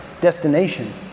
destination